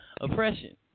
oppression